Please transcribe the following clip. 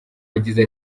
yagize